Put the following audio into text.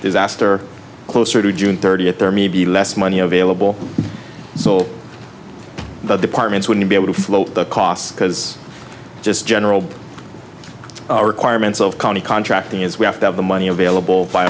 disaster closer to june thirtieth there may be less money available so the departments wouldn't be able to float the costs because just general requirements of county contracting is we have to have the money available